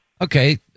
Okay